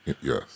Yes